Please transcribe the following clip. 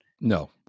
No